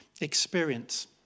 experience